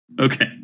Okay